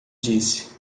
disse